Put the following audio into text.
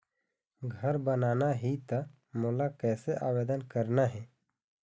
घर बनाना ही त मोला कैसे आवेदन करना हे?